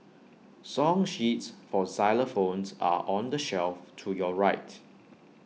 song sheets for xylophones are on the shelf to your right